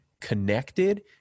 connected